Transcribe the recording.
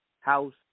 House